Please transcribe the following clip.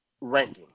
ranking